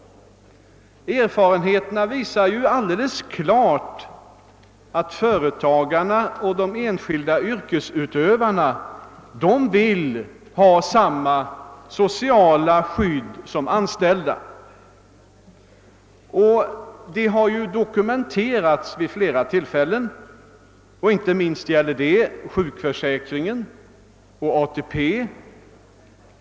Erfarenheterna visar alldeles klart att företagarna och de enskilda yrkesutövarna vill ha samma sociala skydd som anställda. Detta har dokumenterats vid flera tillfällen. Inte minst gäller det sjukförsäkringen och ATP.